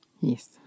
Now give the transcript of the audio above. Yes